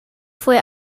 fue